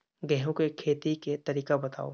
गेहूं के खेती के तरीका बताव?